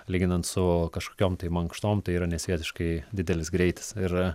lyginant su kažkokiom mankštom tai yra nesvietiškai didelis greitis ir